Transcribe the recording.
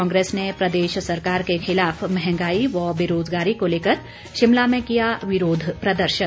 कांग्रेस ने प्रदेश सरकार के खिलाफ महंगाई व बेरोजगारी को लेकर शिमला में किया विरोध प्रदर्शन